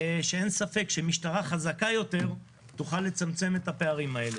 אין ספק שמשטרה חזקה יותר תוכל לצמצם את הפערים האלה.